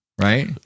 right